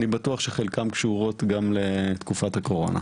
בטוח שחלקם קשורות גם לתקופת הקורונה.